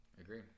agree